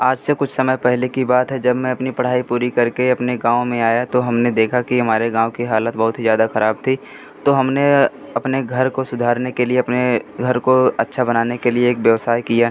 आज से कुछ समय पहले की बात है जब मैं अपनी पढ़ाई पूरी करके अपने गाँव में आया तो हमने देखा कि हमारे गाँव की हालत बहुत ही ज़्यादा ख़राब थी तो हमने अपने घर को सुधारने के लिए अपने घर को अच्छा बनाने के लिए एक व्यवसाय किया